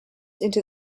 into